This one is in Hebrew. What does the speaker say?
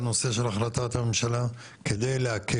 אנחנו נבדוק את הנושא של החלטת הממשלה, כדי להקל,